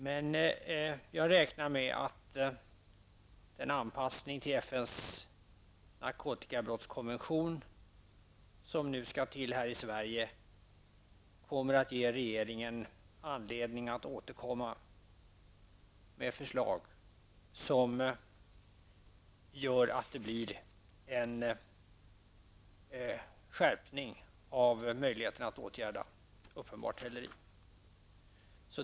Men jag räknar med att den anpassning till FNs narkotikabrottskonvention som nu skall göras här i Sverige kommer att ge regeringen anledning att återkomma med förslag som innebär en skärpning av möjligheterna att åtgärda uppenbart häleri.